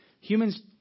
Humans